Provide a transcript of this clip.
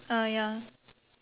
ah ya